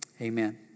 Amen